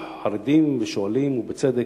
וחרדים, ושואלים, בצדק,